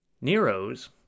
Nero's